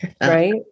right